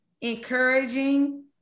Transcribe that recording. encouraging